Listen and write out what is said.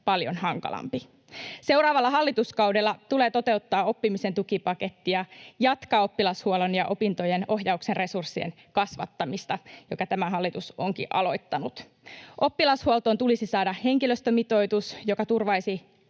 paljon hankalampi. Seuraavalla hallituskaudella tulee toteuttaa oppimisen tukipakettia, jatkaa oppilashuollon ja opintojen ohjauksen resurssien kasvattamista, jota tämä hallitus onkin aloittanut. Oppilashuoltoon tulisi saada henkilöstömitoitus, joka turvaisi